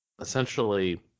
essentially